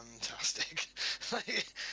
fantastic